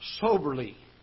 soberly